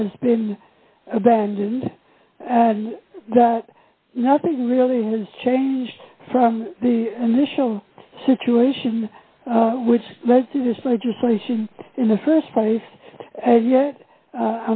has been abandoned and that nothing really has changed from the initial situation which led to this legislation in the st place and yet